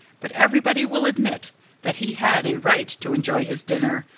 but everybody will admit that he had a right to enjoy his dinner,